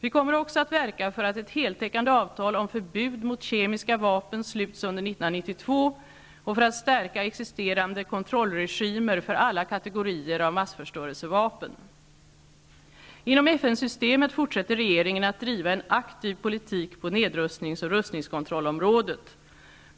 Vi kommer också att verka för att ett heltäckande avtal om förbud mot kemiska vapen sluts under 1992 och för att stärka existerande kontrollregimer för alla kategorier av massförstörelsevapen. Inom FN-systemet fortsätter regeringen att driva en aktiv politik på nedrustnings och rustningskontrollområdet.